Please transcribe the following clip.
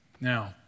Now